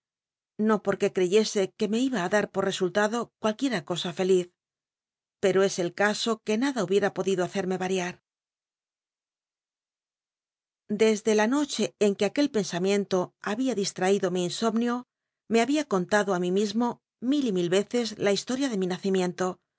no porque creyese qun me iba ü dae por rcsnllado cualquicr a cosa feliz pero es el caso que nada hubiera podido hacerme miar desde la noche en que aquel pensamiento babia distraído mi insomnio me había con lado i mí mismo mil y mil reces la hislol'ia de mi